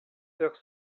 sœurs